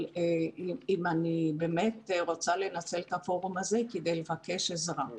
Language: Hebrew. אני רוצה לנצל את הפורום הזה כדי לבקש עזרה.